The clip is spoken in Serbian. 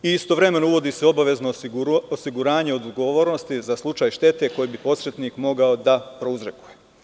Istovremeno uvodi se obavezno osiguranje od odgovornosti za slučaj štete koji bi posrednik mogao da prouzrokuje.